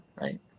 right